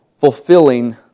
fulfilling